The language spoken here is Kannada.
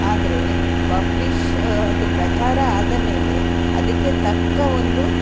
ಆದರೆ ಪಬ್ಲಿಷ್ ಅದು ಪ್ರಚಾರ ಆದ ಮೇಲೆ ಅದಕ್ಕೆ ತಕ್ಕ ಒಂದು